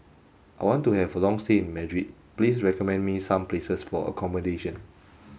I want to have a long stay in Madrid please recommend me some places for accommodation